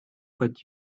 but